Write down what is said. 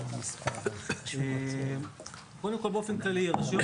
באופן כללי,